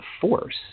force